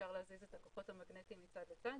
אפשר להזיז את הכוחות המגנטיים מצד לצד